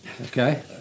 okay